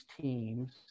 teams